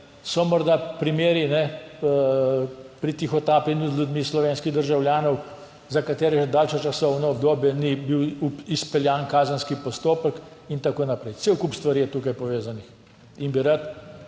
So morda primeri pri tihotapljenju z ljudmi slovenskih državljanov, za katere še daljše časovno obdobje ni bil izpeljan kazenski postopek in tako naprej. Cel kup stvari je tukaj povezanih in bi rad